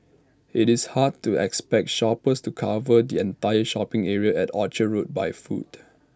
IT is hard to expect shoppers to cover the entire shopping area at Orchard road by foot